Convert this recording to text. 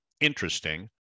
interesting